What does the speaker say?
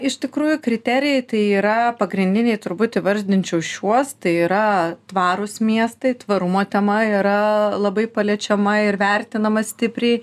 iš tikrųjų kriterijai tai yra pagrindiniai turbūt įvardinčiau šiuos tai yra tvarūs miestai tvarumo tema yra labai paliečiama ir vertinama stipriai